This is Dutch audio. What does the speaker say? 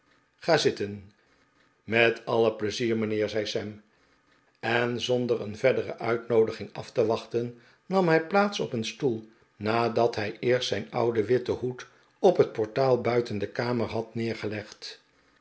ga zitten met alle pleizier mijnheer zei sam en zonder een verdere uitnoodiging af te wachten nam hij plaats op een stoel nadat hij eerst zijn ouden witten hoed op het portaal buiten de kamer had neergelegd